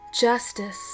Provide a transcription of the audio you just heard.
Justice